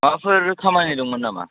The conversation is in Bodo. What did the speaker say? माबाफोर खामानि दंमोन नामा